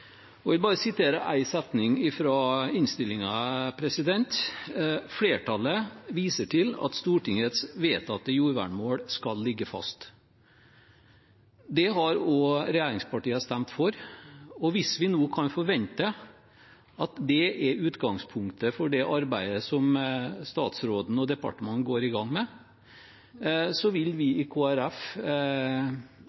Jeg vil bare sitere én setning fra innstillingen: «Flertallet viser til at Stortingets vedtatte jordvernmål skal ligge fast.» Det har også regjeringspartiene stemt for, og hvis vi nå kan forvente at dette er utgangspunktet for det arbeidet som statsråden og departementet går i gang med, vil vi